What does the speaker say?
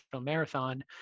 Marathon